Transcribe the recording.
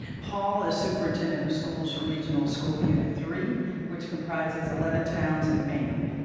paul is superintendent of schools for regional school unit three which comprises eleven towns in maine.